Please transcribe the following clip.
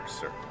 sir